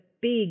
big